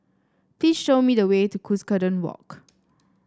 please show me the way to Cuscaden Walk